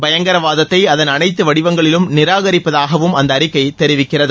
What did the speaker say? பயங்கரவாதத்தை அதன் அனைத்து வடிவங்களிலும் நிராகரிப்பதாகவும் அந்த அறிக்கை தெரிவிக்கிறது